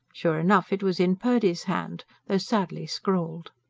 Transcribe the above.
sure enough, it was in purdy's hand though sadly scrawled.